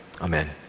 Amen